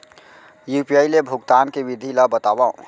UPI ले भुगतान के विधि ला बतावव